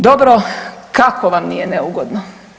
Dobro kako vam nije neugodno?